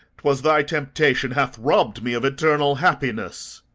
twas thy temptation hath robb'd me of eternal happiness!